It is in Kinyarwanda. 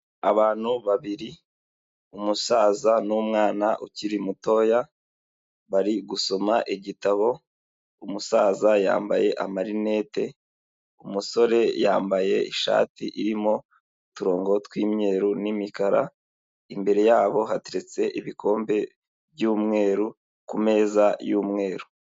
Abantu babiri, umusaza n'umwana ukiri mutoya bari gusoma igitabo. Umusaza yambaye amarinete, umusore yambaye ishati irimo uturongo tw'imyeru n'imikara, imbere yabo hateretse ibikombe by'umweru ku meza y'umweru.